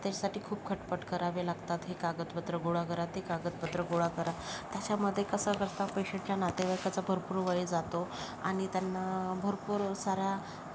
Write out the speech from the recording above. तर त्याच्यासाठी खूप खटपट करावे लागतात हे कागदपत्र गोळा करा ते कागदपत्र गोळा करा त्याच्यामध्ये कसं करता पेशंटच्या नातेवाईकाचा भरपूर वेळ जातो आणि त्यांना भरपूर साऱ्या